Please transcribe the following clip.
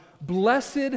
blessed